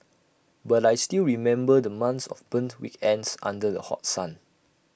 but I still remember the months of burnt weekends under the hot sun